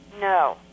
No